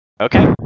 Okay